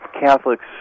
Catholics